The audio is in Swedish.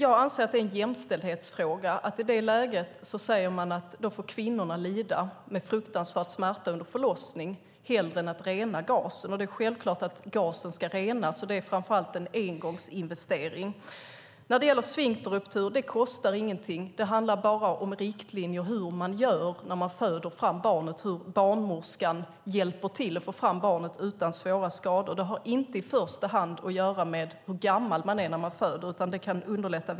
Jag anser att det blir en jämställdhetsfråga att i det läget säga att då får kvinnorna lida med fruktansvärd smärta under förlossningen hellre än att vi renar gasen. Det är självklart att gasen ska renas, och framför allt är det en engångsinvestering. Att förebygga sfinkterruptur kostar ingenting; det handlar bara om riktlinjer för hur barnmorskan hjälper till att få fram barnet utan svåra skador vid framfödandet. Det kan underlätta väldigt och har inte i första hand att göra med hur gammal kvinnan är när hon föder.